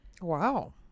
Wow